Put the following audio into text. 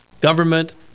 government